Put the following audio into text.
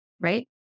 right